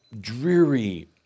dreary